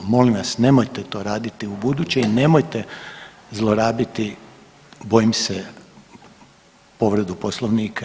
Molim vas nemojte to raditi ubuduće i nemojte zlorabiti bojim se povredu Poslovnika.